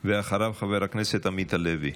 ואחריו, חבר הכנסת עמית הלוי.